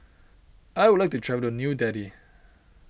I would like to travel to New Delhi